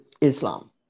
Islam